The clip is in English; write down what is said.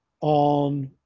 on